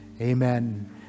amen